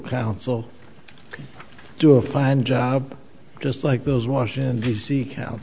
counsel do a fine job just like those washington d c count